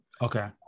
Okay